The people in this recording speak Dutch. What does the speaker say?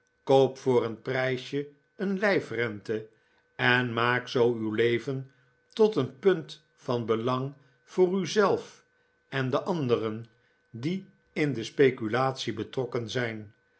koop voor een prijsje een lijfrente en maak zoo uw leven tot een punt van belang voor u zelf en de anderen die in de speculatie betrokken zijn